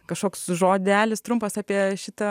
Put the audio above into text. kažkoks žodelis trumpas apie šitą